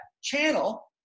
channel